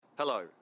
Hello